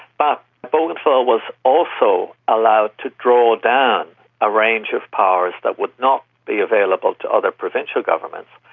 but bougainville was also allowed to draw down a range of powers that would not be available to other provincial governments,